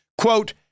quote